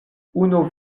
unu